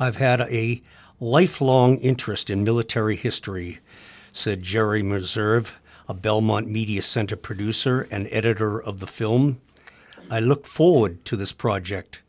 i've had a lifelong interest in military history said jerry miller serve a belmont media center producer and editor of the film i look forward to this project